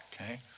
okay